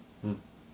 mm